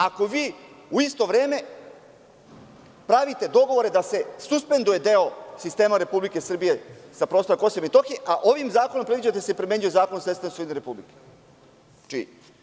Ako vi u isto vreme pravite dogovore da se suspenduje deo sistema Republike Srbije sa prostora Kosova i Metohije, a ovim zakonom predviđate da se primenjuje Zakona o sredstvima u svojini Republike Srbije.